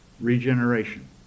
regeneration